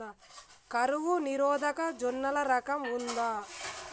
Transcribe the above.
కరువు నిరోధక జొన్నల రకం ఉందా?